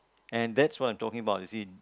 and that's what I'm talking about you see